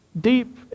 Deep